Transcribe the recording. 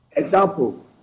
example